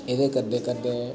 एह् गै करदे करदे